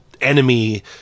enemy